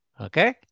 okay